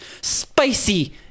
spicy